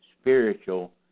spiritual